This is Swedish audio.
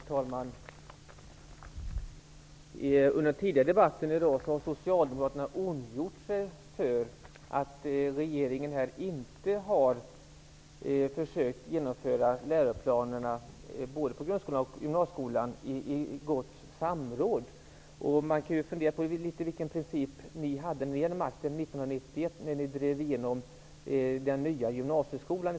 Herr talman! Under den tidigare debatten i dag har socialdemokraterna ondgjort sig över att regeringen inte har försökt genomföra läroplanerna för grundskolan och gymnasieskolan i gott samråd. Man kan ju fundera över vilken princip ni hade när ni hade makten 1991 och genomdrev den nya gymnasieskolan.